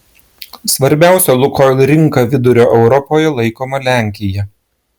svarbiausia lukoil rinka vidurio europoje laikoma lenkija